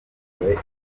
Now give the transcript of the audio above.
bikomeye